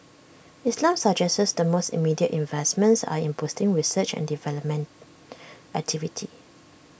islam suggests the most immediate investments are in boosting research and development activity